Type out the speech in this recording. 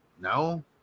No